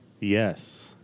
Yes